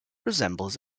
resembles